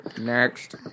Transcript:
Next